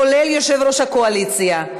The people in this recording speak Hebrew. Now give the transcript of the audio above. כולל יושב-ראש הקואליציה,